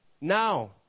Now